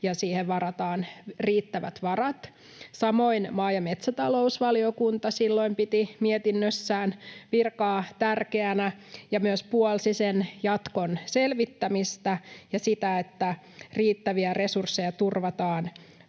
ja siihen varataan riittävät varat. Samoin maa‑ ja metsätalousvaliokunta silloin piti mietinnössään virkaa tärkeänä ja myös puolsi sen jatkon selvittämistä ja sitä, että riittäviä resursseja turvataan